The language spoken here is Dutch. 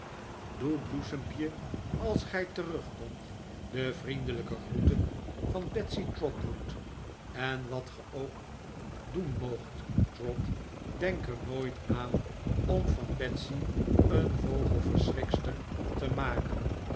doe bloesempje als gij terugkomt de vriendelijke groeten van betsey trotwood en wat ge ook doen moogt trot denk er nooit aan om van betsey een vogelverschrikster te maken